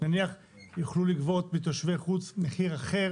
נניח יוכלו לגבות מתושבי חוץ מחיר אחר?